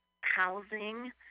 housing